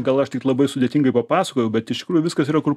gal aš tik labai sudėtingai papasakojau bet iš tikrųjų viskas yra kur